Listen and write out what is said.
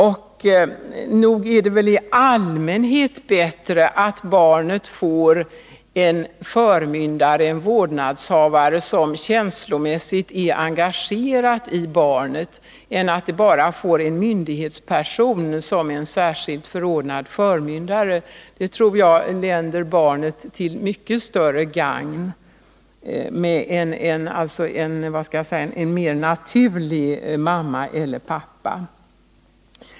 Och nog är det väl i allmänhet bättre att barnet får en vårdnadshavare som är känslomässigt engagerad än att det bara har en myndighetsperson som en särskilt förordnad förmyndare. Jag tror att det länder barnet till mycket större gagn att ha så att säga en mera naturlig mamma eller pappa.